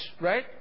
Right